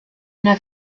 una